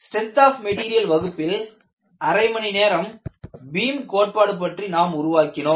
strength of material வகுப்பில் அரை மணி நேரம் பீம் கோட்பாடு பற்றி நாம் உருவாக்கினோம்